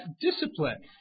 discipline